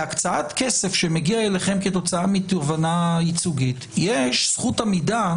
להקצאת כסף שמגיע אליכם כתוצאה מתובענה ייצוגית יש זכות עמידה